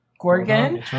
Gorgon